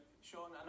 Sean